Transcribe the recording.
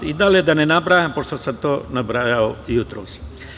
Dalje da ne nabrajam, pošto sam to nabrajao jutros.